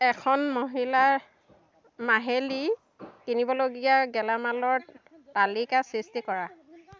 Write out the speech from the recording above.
এখন মহিলাৰ মাহেলী কিনিবলগীয়া গেলামালৰ তালিকাৰ সৃষ্টি কৰা